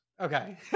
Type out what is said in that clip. Okay